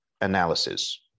analysis